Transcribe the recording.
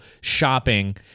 shopping